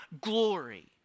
glory